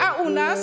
A u nas?